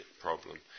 problem